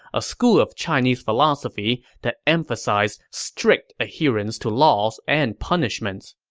a school of chinese philosophy that emphasized strict adherence to laws and punishments.